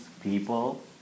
people